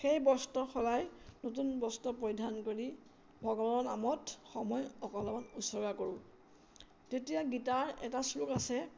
সেই বস্ত্ৰ সলাই নতুন বস্ত্ৰ পৰিধান কৰি ভগৱানৰ নামত সময় অকলণ ওচৰ্গা কৰোঁ তেতিয়া গীতাৰ এটা শ্লোক আছে